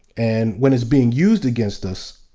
and when it's being used against us,